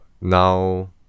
now